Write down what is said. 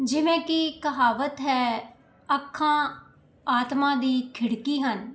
ਜਿਵੇਂ ਕਿ ਕਹਾਵਤ ਹੈ ਅੱਖਾਂ ਆਤਮਾ ਦੀ ਖਿੜਕੀ ਹਨ